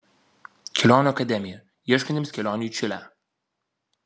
kelionių akademija ieškantiems kelionių į čilę